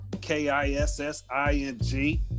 K-I-S-S-I-N-G